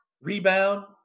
rebound